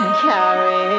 carry